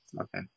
Okay